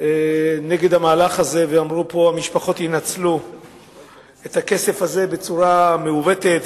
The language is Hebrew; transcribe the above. מפני המהלך הזה ואמרו פה: המשפחות ינצלו את הכסף הזה בצורה מעוותת,